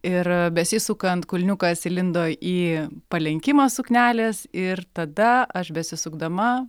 ir besisukant kulniukas įlindo į palenkimą suknelės ir tada aš besisukdama